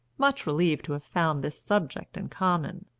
much relieved to have found this subject in common.